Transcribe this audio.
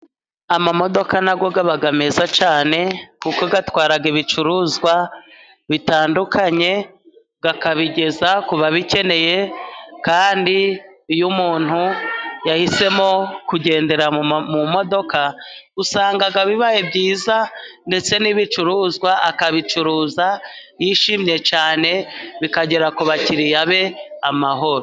Amamodoka na yo aba meza cyane kuko atwara ibicuruzwa bitandukanye, akabigeza ku babikeneye, kandi iyo umuntu yahisemo kugendera mu modoka, usanga bibaye byiza, ndetse n'ibicuruzwa akabicuruza yishimye cyane, bikagera ku bakiriya be amahoro.